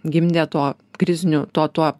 gimdė tuo kriziniu tuo tuo